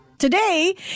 Today